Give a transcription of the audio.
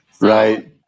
Right